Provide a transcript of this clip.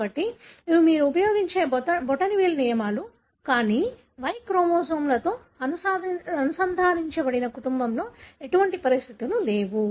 కాబట్టి ఇవి మీరు ఉపయోగించే బొటనవేలు నియమాలు కానీ Y క్రోమోజోమ్తో అనుసంధానించబడిన కుటుంబంలో ఎటువంటి పరిస్థితులు లేవు